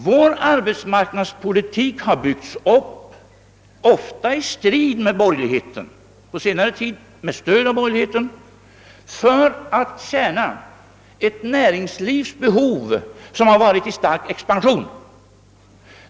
Vår arbetsmarknadspolitik har byggts upp — ofta i strid mot borgerligheten, på senare tid med stöd: av borgerligheten — för att tjäna ett näringsliv som har varit i stark expansion.